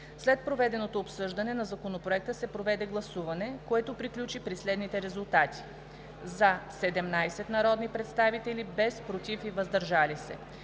След проведеното обсъждане на Законопроекта се проведе гласуване, което приключи при следните резултати: „за“ – 17 народни представители, без „против“ и „въздържал се“.